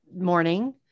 morning